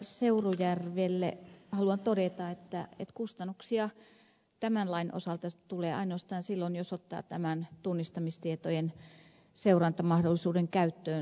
seurujärvelle haluan todeta että kustannuksia tämän lain osalta tulee ainoastaan silloin jos ottaa tämän tunnistamistietojen seurantamahdollisuuden käyttöön